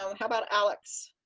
how about alex?